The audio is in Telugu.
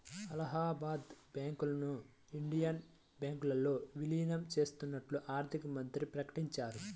అలహాబాద్ బ్యాంకును ఇండియన్ బ్యాంకులో విలీనం చేత్తన్నట్లు ఆర్థికమంత్రి ప్రకటించారు